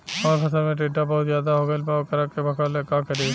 हमरा फसल में टिड्डा बहुत ज्यादा हो गइल बा वोकरा के भागावेला का करी?